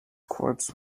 corpse